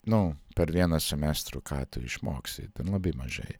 nu per vieną semestrų ką tu išmoksi labai mažai